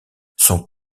sont